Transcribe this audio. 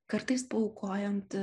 kartais paaukojant